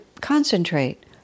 concentrate